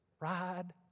ride